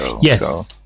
Yes